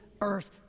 earth